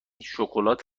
شکلات